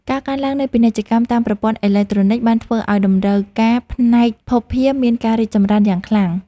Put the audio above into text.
ការកើនឡើងនៃពាណិជ្ជកម្មតាមប្រព័ន្ធអេឡិចត្រូនិកបានធ្វើឱ្យតម្រូវការផ្នែកភស្តុភារមានការរីកចម្រើនយ៉ាងខ្លាំង។